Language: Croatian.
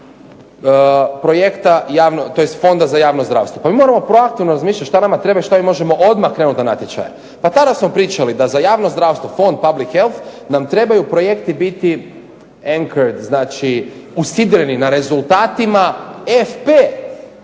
projekta tj. Fonda za javno zdravstvo. Pa mi moramo proaktivno razmišljat šta nama treba i šta mi možemo odmah krenut na natječaje. Pa tada smo pričali da za javno zdravstvo fond Public Health nam trebaju projekti biti …/Govornik se ne razumije./… znači usidreni na rezultatima FP,